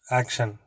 action